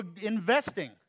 investing